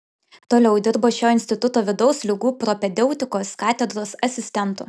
toliau dirbo šio instituto vidaus ligų propedeutikos katedros asistentu